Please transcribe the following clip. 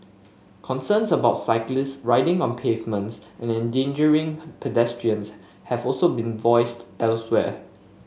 concerns about cyclist riding on pavements and endangering pedestrians have also been voiced elsewhere